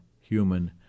human